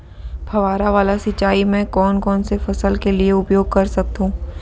फवारा वाला सिंचाई मैं कोन कोन से फसल के लिए उपयोग कर सकथो?